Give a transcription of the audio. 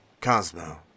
Cosmo